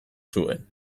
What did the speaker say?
zuen